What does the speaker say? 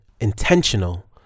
intentional